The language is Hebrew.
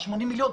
80 מיליון,